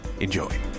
Enjoy